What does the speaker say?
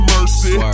Mercy